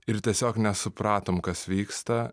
ir tiesiog nesupratom kas vyksta